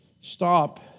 stop